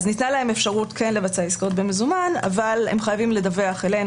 אז ניתנה להם אפשרות כן לבצע במזומן אבל הם חייבים לדווח אלינו,